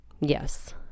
Yes